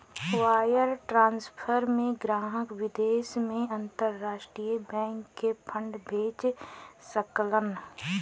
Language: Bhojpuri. वायर ट्रांसफर में ग्राहक विदेश में अंतरराष्ट्रीय बैंक के फंड भेज सकलन